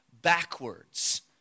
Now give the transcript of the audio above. backwards